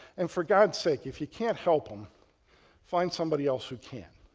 and for god sake, if you can't help them find somebody else who can.